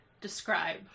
describe